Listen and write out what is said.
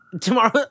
Tomorrow